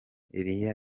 eliya